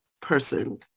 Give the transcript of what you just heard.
person